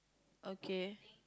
okay